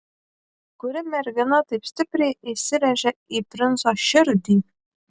kuri mergina taip stipriai įsirėžė į princo širdį